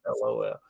LOL